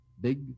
Big